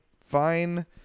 fine